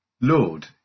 Lord